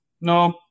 no